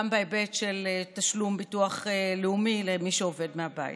גם בהיבט של תשלום ביטוח לאומי למי שעובד מהבית.